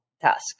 task